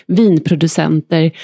vinproducenter